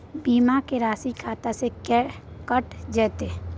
बीमा के राशि खाता से कैट जेतै?